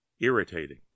irritating